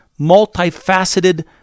multifaceted